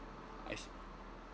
I see